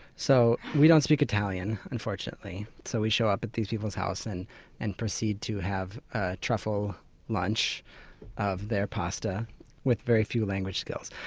so we don't speak italian unfortunately, so we show up at these peoples' house and and proceed to have a truffle lunch of their pasta with very few language skills.